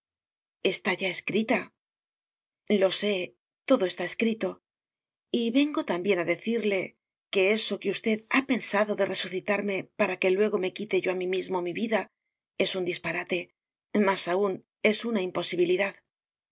está ya escrita lo sé todo está escrito y vengo también a decirle que eso que usted ha pensado de resucitarme para que luego me quite yo a mí mismo mi vida es un disparate más aún es una imposibilidad